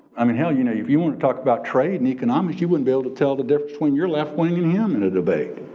i mean, he'll you know, if you wanna talk about trade and economics, you wouldn't be able to tell the difference between your left wing and him in a debate.